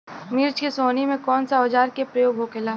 मिर्च के सोहनी में कौन सा औजार के प्रयोग होखेला?